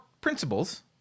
principles